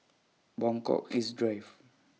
Buangkok East Drive